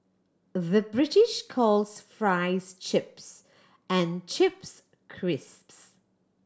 the British calls fries chips and chips crisps